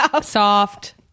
soft